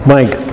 Mike